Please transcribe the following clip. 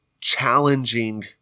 challenging